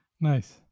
nice